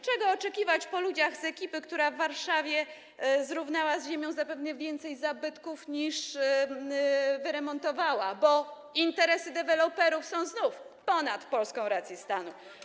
Czego oczekiwać po ludziach z ekipy, która w Warszawie zrównała z ziemią zapewne więcej zabytków niż wyremontowała, bo interesy deweloperów są znów ponad polską racją stanu?